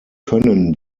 können